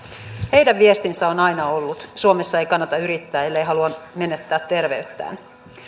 heidän viestinsä on aina ollut suomessa ei kannata yrittää ellei halua menettää terveyttään